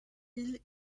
île